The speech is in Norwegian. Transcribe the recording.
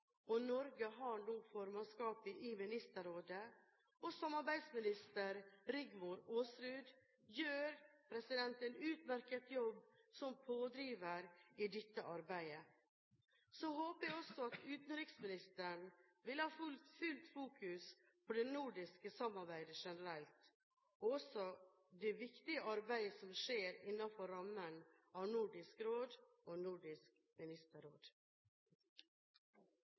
Norge har nå formannskapet i Ministerrådet, og samarbeidsminister Rigmor Aasrud gjør en utmerket jobb som pådriver i dette arbeidet. Så håper jeg også at utenriksministeren vil ha fullt fokus på det nordiske samarbeidet generelt og også det viktige arbeidet som skjer innenfor rammen av Nordisk Råd og Nordisk Ministerråd.